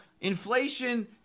Inflation